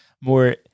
more